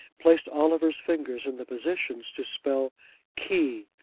placed oliver's fingers in the positions to spell key,